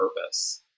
purpose